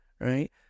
right